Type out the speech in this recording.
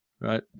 right